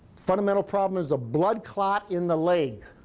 fundamental problem is a blood clot in the leg.